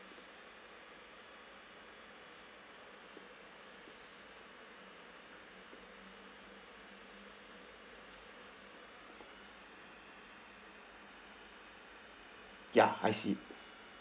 ya I see